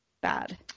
bad